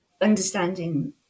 understanding